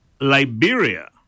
Liberia